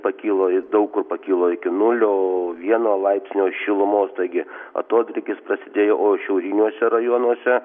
pakilo ir daug kur pakilo iki nulio vieno laipsnio šilumos taigi atodrėkis prasidėjo o šiauriniuose rajonuose